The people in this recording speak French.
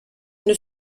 une